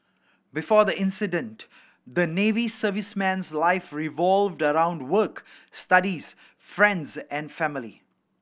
before the incident the Navy serviceman's life revolved around work studies friends and family